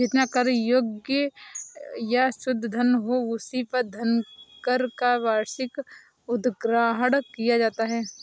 जितना कर योग्य या शुद्ध धन हो, उसी पर धनकर का वार्षिक उद्ग्रहण किया जाता है